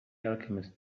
alchemist